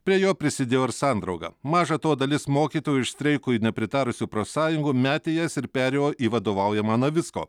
prie jo prisidėjo ir sandrauga maža to dalis mokytojų iš streikui nepritarusių profsąjungų metė jas ir perėjo į vadovaujamą navicko